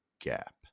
gap